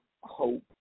hope